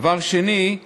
דבר שני,